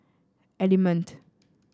Element